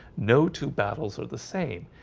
no, two battles are the same.